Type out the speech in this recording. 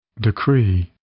Decree